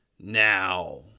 now